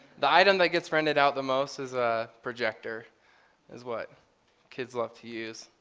the item that gets rendered out the most is a projector is what kids love to use,